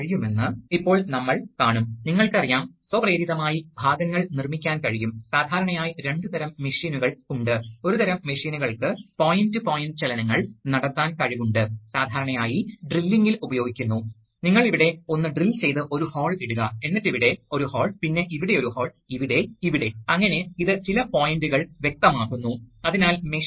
മറുവശത്ത് ഹൈഡ്രോളിക്സിന്റെ കാര്യത്തിൽ ഇത് നേരിട്ട് പൈലറ്റ് മർദ്ദം കൊണ്ട്പ്രവർത്തിപ്പിക്കാമെന്നും സാധാരണയായി എയർ പൈലറ്റ് ഉപയോഗിക്കാമെന്നും അല്ലെങ്കിൽ രണ്ട് ഘട്ടങ്ങളായ രീതിയിൽ ആകാം അതായത് ഇലക്ട്രിക് സിഗ്നൽ ഒരു പൈലറ്റ് മർദ്ദം നയിക്കുന്ന പോലെ